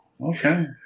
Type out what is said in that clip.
okay